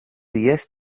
dies